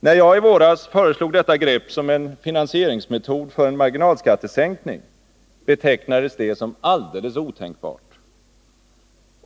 När jag i våras föreslog detta grepp som en finansieringsmetod för en marginalskattesänkning, betecknades det som alldeles otänkbart.